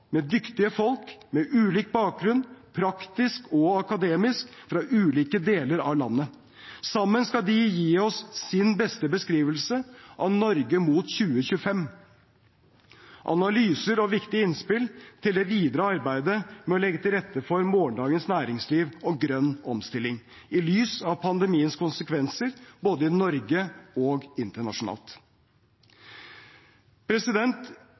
med dyktige folk med ulik bakgrunn, praktisk og akademisk, og fra ulike deler av landet. Sammen skal de gi oss sin beste beskrivelse av Norge mot 2025, analyser og viktige innspill til det videre arbeidet med å legge til rette for morgendagens næringsliv og grønn omstilling, i lys av pandemiens konsekvenser, både i Norge og internasjonalt.